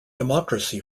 democracy